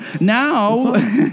Now